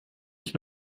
ich